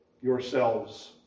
yourselves